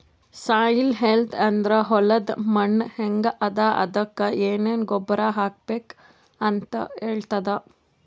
soil health ಅಂದ್ರ ಹೊಲದ್ ಮಣ್ಣ್ ಹೆಂಗ್ ಅದಾ ಅದಕ್ಕ್ ಏನೆನ್ ಗೊಬ್ಬರ್ ಹಾಕ್ಬೇಕ್ ಅಂತ್ ಹೇಳ್ತದ್